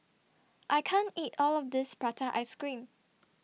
I can't eat All of This Prata Ice Cream